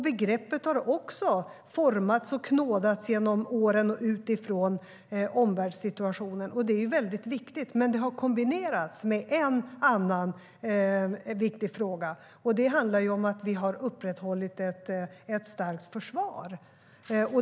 Begreppet har formats och knådats genom åren och utifrån omvärldssituationen, och det är väldigt viktigt. Men det har kombinerats med en annan viktig fråga, och det handlar om att vi har upprätthållit ett starkt försvar.